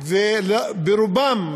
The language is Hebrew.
ולרובם